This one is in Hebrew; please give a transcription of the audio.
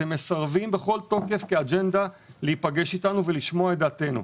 אתם מסרבים בכל תוקף כאג'נדה להיפגש איתנו ולשמוע את דעתנו.